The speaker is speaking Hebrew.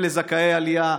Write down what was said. אלה זכאי עלייה,